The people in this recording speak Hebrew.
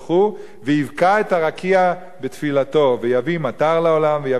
ויבקע את הרקיע בתפילתו ויביא מטר לעולם ויביא טובה לעולם.